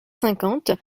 cinquante